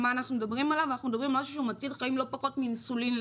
אנחנו מדברים על משהו שהוא מציל חיים לא פחות מאינסולין.